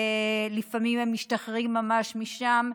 לפעמים הם משתחררים ממש משם,